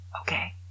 Okay